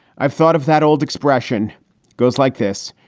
i've thought of that old expression goes like this.